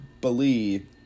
believe